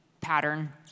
pattern